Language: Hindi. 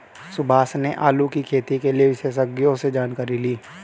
सुभाष ने आलू की खेती के लिए विशेषज्ञों से जानकारी ली